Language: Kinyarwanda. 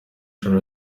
cha